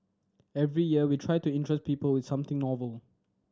every year we try to interest people with something novel